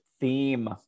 theme